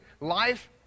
life